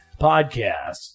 Podcast